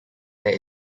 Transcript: there